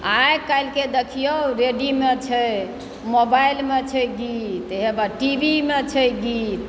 आइकाल्हि के देखिऔ रेडियोमे छै मोबाइलमे छै गीत है हे वएह टी वी मे छै गीत